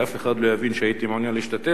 שאף אחד לא יבין שהייתי מעוניין להשתתף,